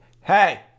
Hey